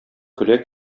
көлә